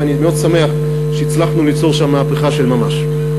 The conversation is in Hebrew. ואני מאוד שמח שהצלחנו ליצור שם מהפכה של ממש.